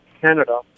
Canada